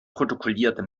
protokollierte